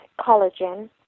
collagen